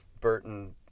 Burton